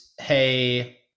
Hey